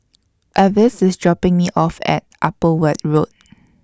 Avis IS dropping Me off At Upper Weld Road